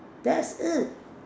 that's it